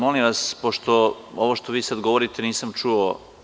Molim vas, pošto ovo što vi sada govorite nisam čuo.